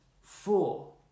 four